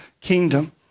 kingdom